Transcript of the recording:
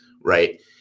right